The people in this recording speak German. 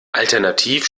alternativ